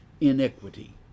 iniquity